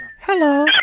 Hello